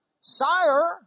Sire